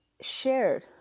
shared